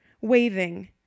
waving